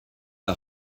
l’a